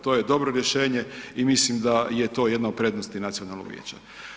To je dobro rješenje i mislim da je to jedna od prednosti nacionalnog vijeća.